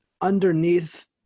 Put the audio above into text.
underneath